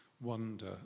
wonder